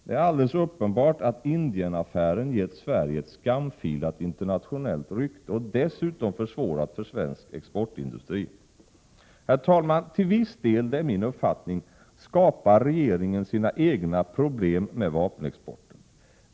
Det är alldeles uppenbart att Indienaffären gett Sverige ett skamfilat internationellt rykte och dessutom försvårat för svensk exportindustri. Herr talman! Till viss del, det är min uppfattning, skapar regeringen sina egna problem med vapenexporten.